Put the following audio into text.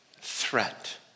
threat